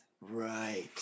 Right